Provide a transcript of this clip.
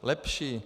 Lepší.